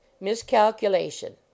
miscalculation